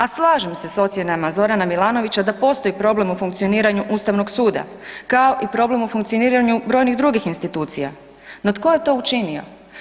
A slažem se sa ocjenama Z. Milanovića da postoji problem u funkcioniranju Ustavnog suda kao i problem u funkcioniranju brojnih drugih institucija, no tko je to učinio?